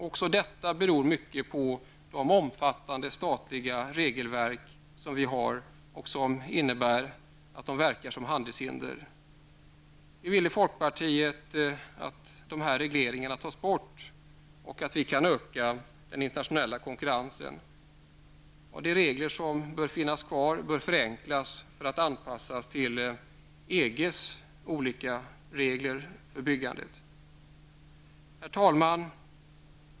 Även detta beror mycket på det omfattande statliga regelverk som vi har och som verkar som handelshinder. Vi vill i folkpartiet att de här regleringarna tas bort så att vi kan öka den internationella konkurrensen. De regler som bör finnas kvar bör förenklas och anpassas till EGs olika regler för byggande. Herr talman!